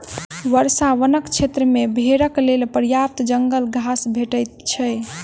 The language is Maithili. वर्षा वनक क्षेत्र मे भेड़क लेल पर्याप्त जंगल घास भेटैत छै